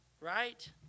right